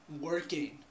working